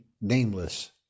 nameless